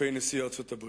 כלפי נשיא ארצות-הברית.